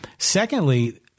Secondly